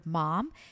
mom